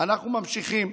אנחנו ממשיכים.